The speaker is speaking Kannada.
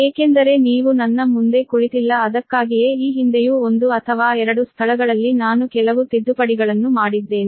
ಏಕೆಂದರೆ ನೀವು ನನ್ನ ಮುಂದೆ ಕುಳಿತಿಲ್ಲ ಅದಕ್ಕಾಗಿಯೇ ಈ ಹಿಂದೆಯೂ 1 ಅಥವಾ 2 ಸ್ಥಳಗಳಲ್ಲಿ ನಾನು ಕೆಲವು ತಿದ್ದುಪಡಿಗಳನ್ನು ಮಾಡಿದ್ದೇನೆ